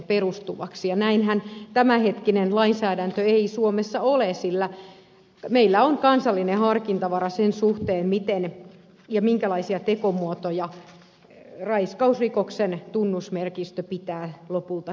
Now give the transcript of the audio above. ja näinhän tämänhetkinen lainsäädäntö ei suomessa ole sillä meillä on kansallinen harkintavara sen suhteen minkälaisia tekomuotoja raiskausrikoksen tunnusmerkistö pitää lopulta sisällään